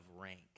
rank